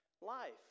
life